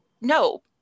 No